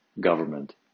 government